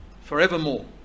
forevermore